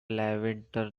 levanter